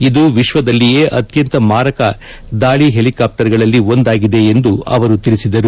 ಇದು ವಿಶ್ವದಲ್ಲಿಯೇ ಅತ್ಯಂತ ಮಾರಕ ದಾಳಿ ಹೆಲಿಕಾಪ್ಲರ್ ಗಳಲ್ಲಿ ಒಂದಾಗಿದೆ ಎಂದೂ ತಿಳಿಸಿದರು